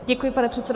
Děkuji, pane předsedo.